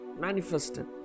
manifested